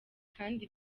kandi